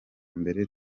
mbere